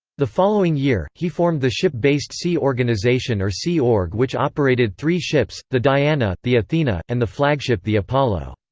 the following year, he formed the ship-based sea organization or sea org which operated three ships the diana, the athena, and the flagship the apollo.